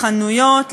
לחנויות,